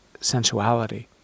sensuality